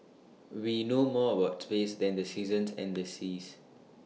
we know more about space than the seasons and the seas